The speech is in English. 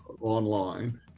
online